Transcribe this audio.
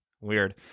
weird